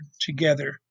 together